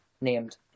named